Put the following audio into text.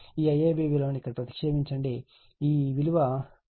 ఈ IAB విలువను ఇక్కడ ప్రతిక్షేపించండి ఈ విలువ 13